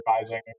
advising